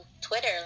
Twitter